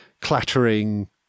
clattering